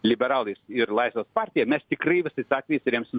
liberalais ir laisvės partija mes tikrai visais atvejais remsim